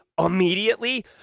immediately